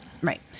Right